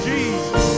Jesus